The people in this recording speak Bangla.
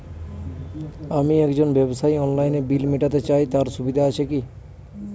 আমি একজন ব্যবসায়ী অনলাইনে বিল মিটাতে চাই তার সুবিধা আছে কি?